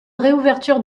réouverture